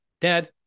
Dad